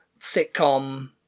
sitcom